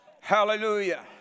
Hallelujah